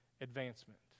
advancement